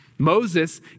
Moses